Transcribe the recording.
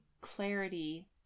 Clarity